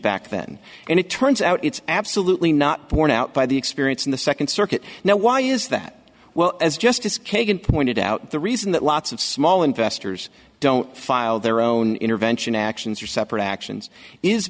back then and it turns out it's absolutely not borne out by the experience in the second circuit now why is that well as justice kagan pointed out the reason that lots of small investors don't file their own intervention actions or separate actions is